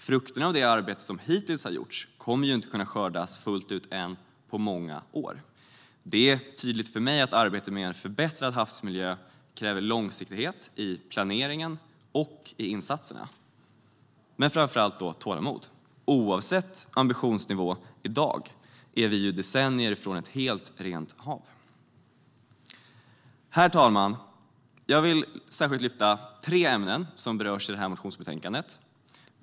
Frukterna av det arbete som hittills har gjorts kommer inte att kunna skördas fullt ut än på många år. Det är tydligt för mig att arbetet för en förbättrad havsmiljö kräver långsiktighet i planeringen och insatserna, men framför allt tålamod. Oavsett dagens ambitionsnivå är vi nämligen decennier från ett helt rent hav. Herr talman! Jag vill särskilt lyfta fram tre ämnen som berörs i detta motionsbetänkande.